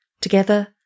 Together